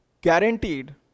guaranteed